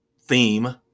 theme